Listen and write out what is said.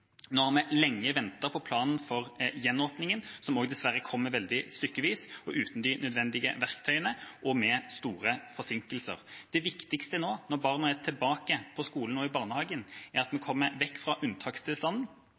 Nå har vi lenge ventet på planen for gjenåpningen, som også dessverre kommer veldig stykkevis, uten de nødvendige verktøyene og med store forsinkelser. Det viktigste nå, når barna er tilbake på skolen og i barnehagen, er at vi kommer vekk fra unntakstilstanden